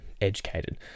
educated